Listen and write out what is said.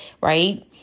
right